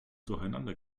durcheinander